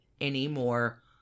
anymore